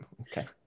okay